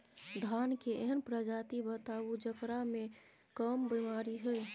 धान के एहन प्रजाति बताबू जेकरा मे कम बीमारी हैय?